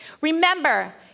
Remember